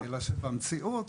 אלא שבמציאות